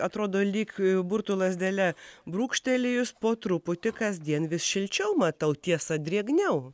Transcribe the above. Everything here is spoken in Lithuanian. atrodo lyg burtų lazdele brūkštelėjus po truputį kasdien vis šilčiau matau tiesa drėgniau